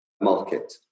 market